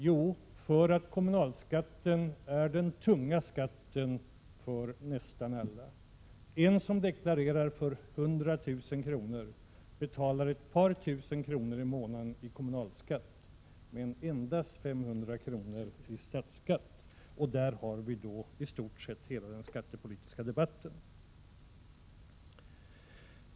Jo, därför att kommunalskatten är den tunga skatten för nästan alla. En person som deklarerar för 100 000 kr. betalar ett par tusen kronor i månaden i kommunalskatt men endast 500 kr. i statsskatt. Där har vi i stort sett hela den skattepolitiska debatten.